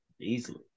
Easily